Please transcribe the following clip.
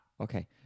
okay